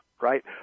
right